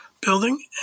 building